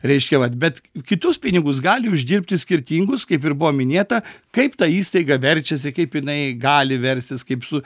reiškia vat bet kitus pinigus gali uždirbti skirtingus kaip ir buvo minėta kaip ta įstaiga verčiasi kaip jinai gali verstis kaip su